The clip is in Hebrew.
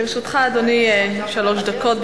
לרשותך, אדוני, שלוש דקות.